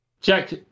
Jack